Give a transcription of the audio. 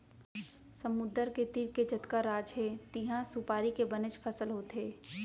समुद्दर के तीर के जतका राज हे तिहॉं सुपारी के बनेच फसल होथे